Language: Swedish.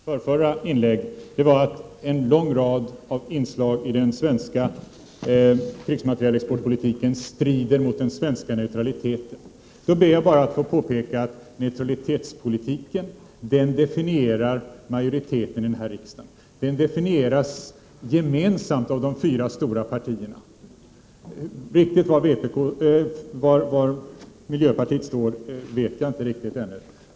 Herr talman! Ett argument i Gudrun Schymans näst senaste inlägg var att en lång rad av inslag i den svenska krigsmaterielexportpolitiken strider mot den svenska neutraliteten. Då ber jag bara att få påpeka att neutralitetspolitiken definierar majoriteten här i riksdagen. Den definieras gemensamt av de fyra stora partierna. Exakt var miljöpartiet står vet jag inte riktigt ännu.